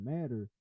Matter